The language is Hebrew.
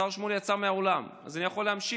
השר שמולי יצא מן האולם אז אני יכול להמשיך,